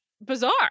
bizarre